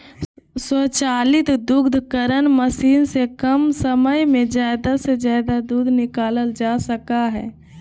स्वचालित दुग्धकरण मशीन से कम समय में ज़्यादा से ज़्यादा दूध निकालल जा सका हइ